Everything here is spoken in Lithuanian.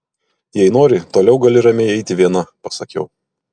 jei nori toliau gali ramiai eiti viena pasakiau